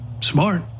Smart